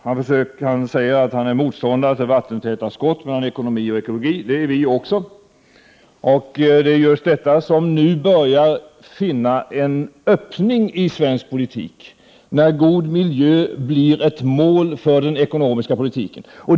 Han säger att han är motståndare till vattentäta skott mellan ekonomi och ekologi. Det är vi också. Det är just här man börjar finna en öppning i svensk politik, när god miljö blir ett mål för den ekonomiska politiken.